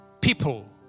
people